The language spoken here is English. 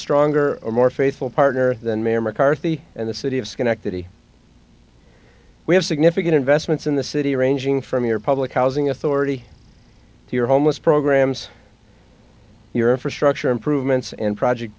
stronger or more faithful partner than mayor mccarthy and the city of schenectady we have significant investments in the city ranging from your public housing authority here homeless programs your infrastructure improvements and project